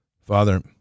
Father